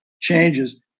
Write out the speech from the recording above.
changes